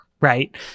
right